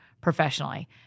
professionally